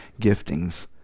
giftings